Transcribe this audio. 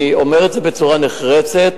אני אומר את זה בצורה נחרצת.